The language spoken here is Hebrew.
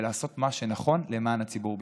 ולעשות מה שנכון למען הציבור בישראל.